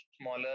smaller